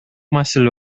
маселе